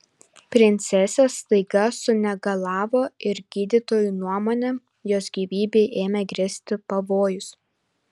princesė staiga sunegalavo ir gydytojų nuomone jos gyvybei ėmė grėsti pavojus